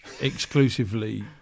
exclusively